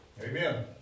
Amen